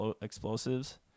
explosives